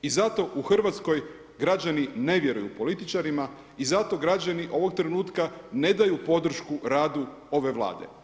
I zato u Hrvatskoj građani ne vjeruju političarima i zato građani ovog trenutka ne daju podršku radu ove Vlade.